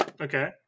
Okay